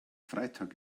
freitag